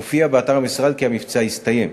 מופיע באתר המשרד כי המבצע הסתיים.